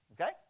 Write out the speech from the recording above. okay